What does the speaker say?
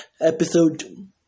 episode